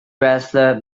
wrestler